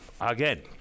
Again